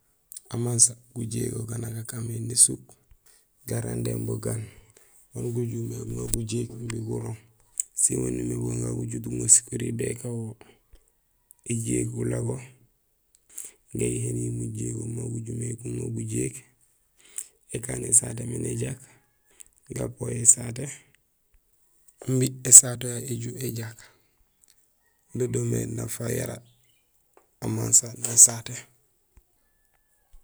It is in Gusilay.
Amansa gujégol ga nak akaan mé nésuk; garandéén bugaan wan gujumé guŋa gujéék imbi gurooŋ sin waan umimé bagaan gagu ujut guŋa sikorihil békan wo: éjéék bulago, gayihénil mujégum man gujumé guŋa gujéék, ékaan ésaté miin éjak, gapooy ésaté pépé imbi ésaté yayu éju éjak; do doomé nafa yara amansa nésaté.